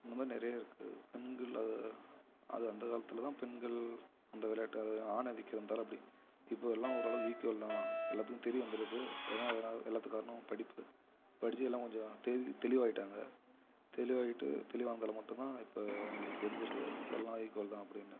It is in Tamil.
இந்த மாதிரி நிறையா இருக்கு பெண்கள் அது அது அந்த காலத்தில் தான் பெண்கள் அந்த விளையாட்டு அது ஆண் ஆதிக்கம் இருந்ததால அப்படி இப்போது எல்லாம் ஓரளவுக்கு ஈக்குவல் தான்னு எல்லாத்துக்கும் தெரிய வந்திருக்கு ஏன்னா அதனால் எல்லாத்துக்கு காரணம் படிப்பு படித்து எல்லாம் கொஞ்சம் தெளிவாகிட்டாங்க தெளிவாகிட்டு தெளிவானதால் மட்டும் தான் இப்போ அவங்களுக்கு தெரிஞ்சுருக்கு எல்லாம் ஈக்குவல் தான் அப்படின்னு